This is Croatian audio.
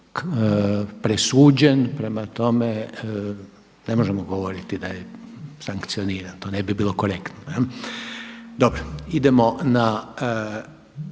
presuđen prema tome ne možemo govoriti da je sankcioniran, to ne bi bilo korektno. Idemo na